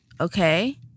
Okay